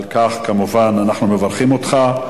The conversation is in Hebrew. על כך, כמובן, אנחנו מברכים אותך.